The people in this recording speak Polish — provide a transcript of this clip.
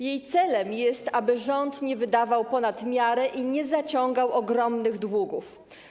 Jej celem jest, aby rząd nie wydawał ponad miarę i nie zaciągał ogromnych długów.